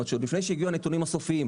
זאת אומרת שעוד לפני שהגיעו הנתונים הסופיים,